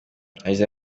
hashize